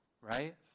right